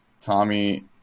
Tommy